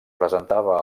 presentava